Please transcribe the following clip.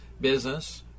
business